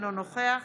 אינו נוכח